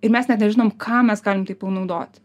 ir mes net nežinom kam mes galim tai panaudoti